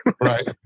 Right